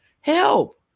help